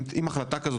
אם החלטה כזאת,